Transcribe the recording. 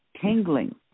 Tingling